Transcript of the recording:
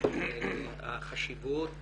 החשיבות